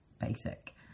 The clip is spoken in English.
Basic